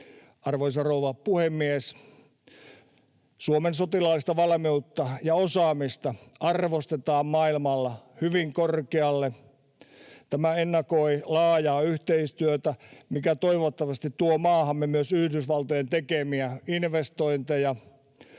Arvoisa rouva puhemies! Suomen sotilaallista valmiutta ja osaamista arvostetaan maailmalla hyvin korkealle. Tämä ennakoi laajaa yhteistyötä, mikä toivottavasti tuo maahamme myös Yhdysvaltojen tekemiä investointeja.